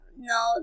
No